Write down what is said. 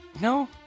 no